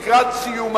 והיא לקראת סיומה".